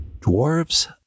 Dwarves